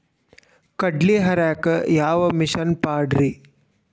ಕಡ್ಲಿ ಹರಿಯಾಕ ಯಾವ ಮಿಷನ್ ಪಾಡ್ರೇ?